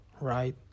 right